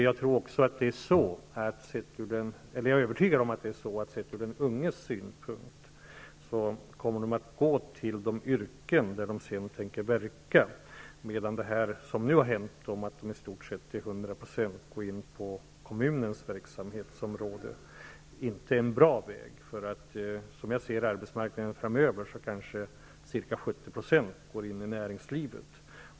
Jag är övertygad om att de unga där kommer att gå till de yrken som de sedan tänker verka i. Tidigare har de i stort sett till hundra procent gått in på kommunens verksamhetsområde. Det är inte en bra väg. På arbetsmarknaden framöver kanske ca 70 % går in i näringslivet.